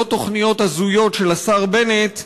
לא תוכניות הזויות של השר בנט,